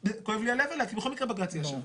כואב לי הלב עליה כי בכל מקרה בג"ץ יאשר הכול.